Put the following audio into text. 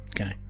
Okay